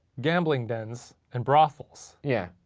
gambling dens, and brothels. yeah.